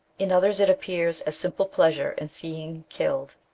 in others it appears as simple pleasure in seeing killed,